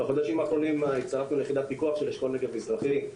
בחודשים האחרונים הצטרפנו ליחידת פיקוח של אשכול נגב מזרחי,